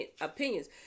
opinions